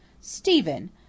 stephen